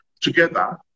together